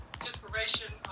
inspiration